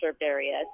areas